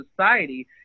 society